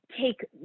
take